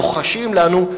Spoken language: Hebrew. לוחשים לנו,